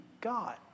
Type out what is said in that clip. God